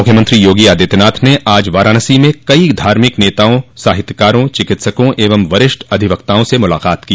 मुख्यमंत्री योगी आदित्यनाथ ने आज वाराणसी में कई धार्मिक नेताओं साहित्यकारों चिकित्सकों वरिष्ठ अधिवक्ताओं से मुलाकात की